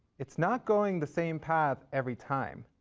it's not going the same path every time.